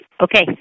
Okay